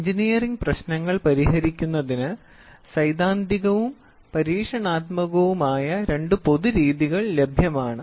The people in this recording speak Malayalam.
എഞ്ചിനീയറിംഗ് പ്രശ്നങ്ങൾ പരിഹരിക്കുന്നതിന് സൈദ്ധാന്തികവും പരീക്ഷണാത്മകവുമായ രണ്ട് പൊതു രീതികൾ ലഭ്യമാണ്